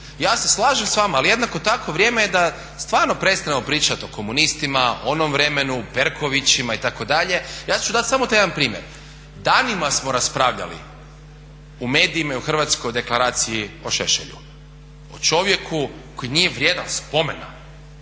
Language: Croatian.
Ja se slažem s vama, ali jednako tako vrijeme je da stvarno prestanemo pričati o komunistima, onom vremenu, Perkovićima itd. Ja ću dati samo taj jedan primjer. Danima smo raspravljali u medijima i o Hrvatskoj deklaraciji o Šešelju, o čovjeku koji nije vrijedan spomena,